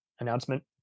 announcement